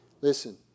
Listen